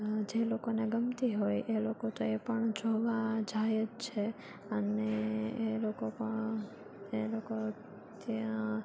જે લોકોને ગમતી હોય એ લોકો તો એ પણ જોવા જાય જ છે અને એ લોકો પણ એ લોકો ત્યાં